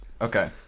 Okay